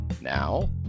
Now